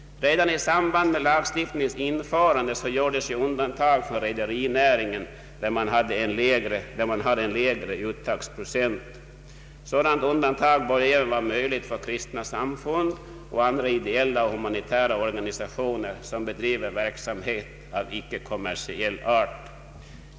Redan i samband med lagstiftningens införande gjordes ju undantag för rederinäringen, där man har en lägre uttagsprocent. Sådant undantag borde även vara möjligt för kristna samfund och andra ideella och humanitära organisationer som bedriver verksamhet av icke kommersiell art.